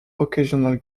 occasional